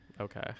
Okay